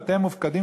ואתם מופקדים,